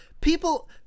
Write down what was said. people